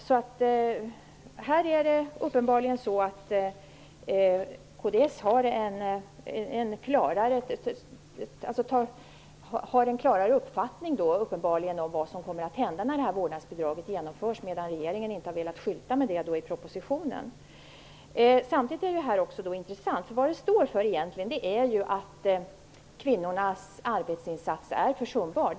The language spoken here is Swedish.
Kds har uppenbarligen en klarare uppfattning om vad som kommer att hända när förslaget om vårdnadsbidrag genomförs, medan regeringen inte har velat skylta med detta i propositionen. Samtidigt är det här intressant. Vad det egentligen står för är att kvinnornas arbetsinsats är försumbar.